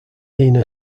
nina